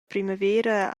primavera